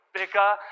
bigger